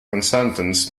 consultants